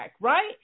right